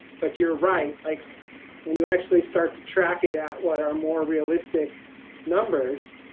but you're right like when you actually start to track it out what are more realistic numbers.